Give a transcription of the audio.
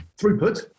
throughput